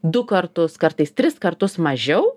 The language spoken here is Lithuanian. du kartus kartais tris kartus mažiau